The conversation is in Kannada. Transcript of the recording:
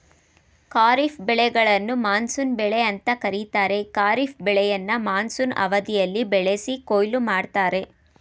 ಖಾರಿಫ್ ಬೆಳೆಗಳನ್ನು ಮಾನ್ಸೂನ್ ಬೆಳೆ ಅಂತ ಕರೀತಾರೆ ಖಾರಿಫ್ ಬೆಳೆಯನ್ನ ಮಾನ್ಸೂನ್ ಅವಧಿಯಲ್ಲಿ ಬೆಳೆಸಿ ಕೊಯ್ಲು ಮಾಡ್ತರೆ